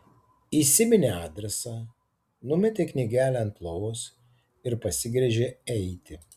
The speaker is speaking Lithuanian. įsiminė adresą numetė knygelę ant lovos ir pasigręžė eiti